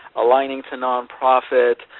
aligning to nonprofit,